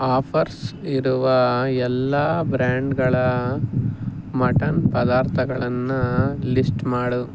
offers ಇರುವ ಎಲ್ಲ ಬ್ರ್ಯಾಂಡ್ಗಳ ಮಟನ್ ಪದಾರ್ಥಗಳನ್ನ ಲಿಸ್ಟ್ ಮಾಡು